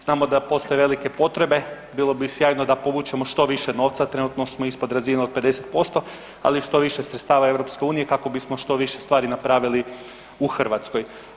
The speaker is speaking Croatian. Znamo da postoje velike potrebe, bilo bi sjajno da povučemo što više novca, trenutno smo ispod razine od 50%, ali što više sredstava EU kako bismo što više stvari napravili u Hrvatskoj.